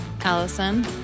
Allison